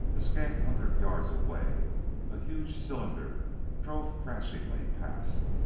a scant hundred yards away a huge cylinder drove crashingly past.